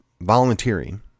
volunteering